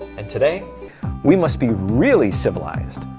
and today we must be really civilized.